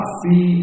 see